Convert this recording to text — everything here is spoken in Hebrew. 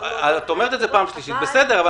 --- את אומרת את